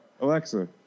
Alexa